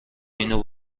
اینو